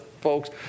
folks